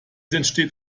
entsteht